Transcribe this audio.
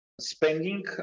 spending